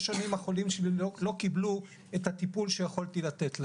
שנים החולים שלי לא קיבלו את הטיפול שיכולתי לתת להם.